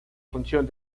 función